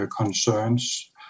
concerns